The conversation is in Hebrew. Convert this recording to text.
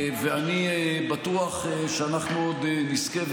ואני בטוח שאנחנו עוד נזכה,